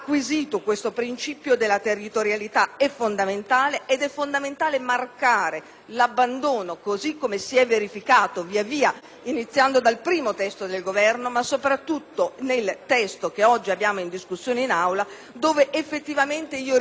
così come si è verificato via via, iniziando dal primo testo del Governo, ma soprattutto nel testo oggi in discussione in Aula, nel quale effettivamente ritengo sia stato chiarito ed acquisito qual è il senso della territorialità.